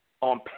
on